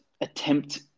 attempt